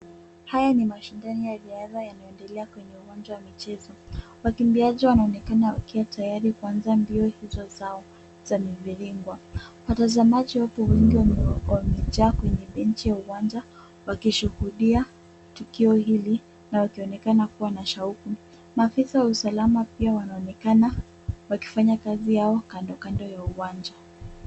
Haya ni mashindano ya riadha yanayoendelea kwenye uwanja wa michezo. Wakimbiaji wanaonekana wakiwa tayari kuanza mbio hizo zao za mviringwa. Watazamaji wako wengi wamejaa kwenye benchi ya uwanja, wakishuhudia tukio hili, na wakionekana kuwa na shauku. Maafisa wa usalama pia wanaonekana wakifanya kazi yao kando kando ya uwanja.